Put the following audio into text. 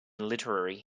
literary